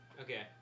Okay